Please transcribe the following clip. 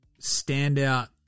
standout